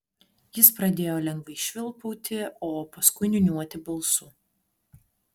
jis pradėjo lengvai švilpauti o paskui niūniuoti balsu